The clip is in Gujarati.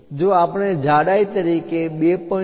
જો આપણે જાડાઈ તરીકે 2